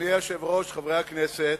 אדוני היושב-ראש, חברי הכנסת,